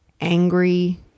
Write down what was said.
angry